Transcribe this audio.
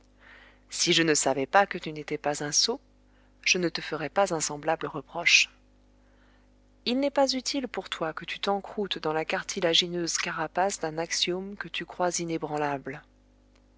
si je ne savais pas que tu n'étais pas un sot je ne te ferais pas un semblable reproche il n'est pas utile pour toi que tu t'encroûtes dans la cartilagineuse carapace d'un axiome que tu crois inébranlable